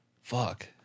Fuck